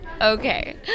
Okay